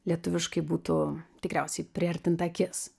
lietuviškai būtų tikriausiai priartint akis